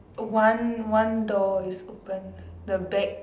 one one door is open the back